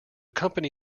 company